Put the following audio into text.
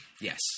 Yes